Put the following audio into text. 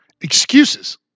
excuses